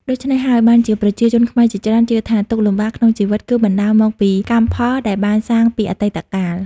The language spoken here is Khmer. ដូច្នេះហើយបានជាប្រជាជនខ្មែរជាច្រើនជឿថា ទុក្ខលំបាកក្នុងជីវិតគឺបណ្ដាលមកពីកម្មផលដែលបានសាងពីអតីតកាល។